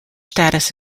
status